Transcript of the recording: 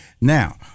Now